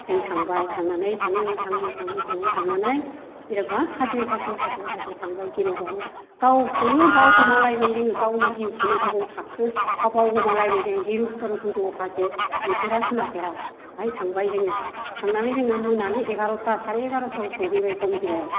जों थांबाय थांनानै थाङै थाङै थाङै थाङै थांनानै जेनेबा हाजो हाजो हाजो हाजो थांबाय गिलु बालु गावखौनो बावगोमालायबाय जोङो गावनि जिउखौनो बबाव थाखो आबहाव गोमालायबाय जोङो गिलु बालु गोजौ हाजो नुफेरा खोनाफेरा बेवहाय थांबाय जोङो थांनानै जोङो मोनानि एगारथा साराइ एगारथायाव सहैबाय बमदिलायाव